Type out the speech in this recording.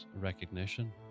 recognition